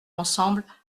ensemble